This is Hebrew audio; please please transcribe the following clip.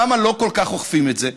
שם לא כל כך אוכפים את זה.